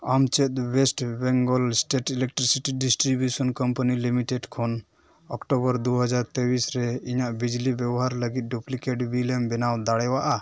ᱟᱢ ᱪᱮᱫ west Bengal state electricity distribution company limited ᱠᱷᱚᱱ ᱚᱠᱴᱳᱵᱚᱨ ᱫᱩ ᱦᱟᱡᱟᱨ ᱛᱮᱭᱤᱥ ᱨᱮ ᱤᱧᱟᱹᱜ ᱵᱤᱡᱽᱞᱤ ᱵᱮᱵᱚᱦᱟᱨ ᱞᱟᱹᱜᱤᱫ ᱰᱩᱝᱽᱞᱤᱠᱮᱴ ᱵᱤᱞᱮᱢ ᱵᱮᱱᱟᱣ ᱫᱟᱲᱮᱣᱟᱜᱼᱟ